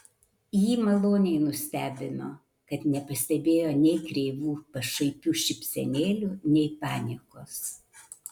jį maloniai nustebino kad nepastebėjo nei kreivų pašaipių šypsenėlių nei paniekos